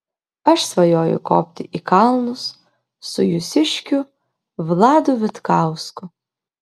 aš svajoju kopti į kalnus su jūsiškiu vladu vitkausku